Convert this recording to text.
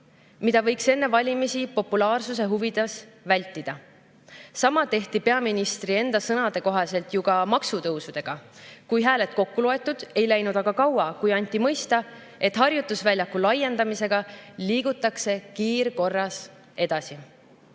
mida võiks enne valimisi populaarsuse huvides vältida. Sama tehti peaministri enda sõnade kohaselt ju ka maksutõusudega. Kui hääled kokku loetud, ei läinud aga kaua, kui anti mõista, et harjutusväljaku laiendamisega liigutakse kiirkorras edasi.